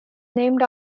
named